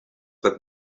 that